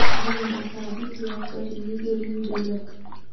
ऋणदाता अधिक ब्याज पर ऋणी के ऋण देलक